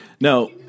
no